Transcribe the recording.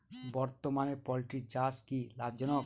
বর্তমানে পোলট্রি চাষ কি লাভজনক?